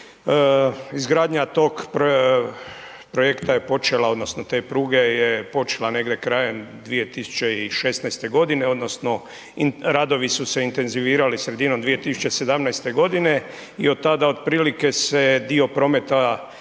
Izgradnja tog projekta je počela odnosno te pruge je počela negdje krajem 2016. godine odnosno radovi su se intenzivirali sredinom 2017. godine i od tada otprilike se dio prometa